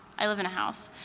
i live in a house.